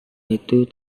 itu